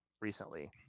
recently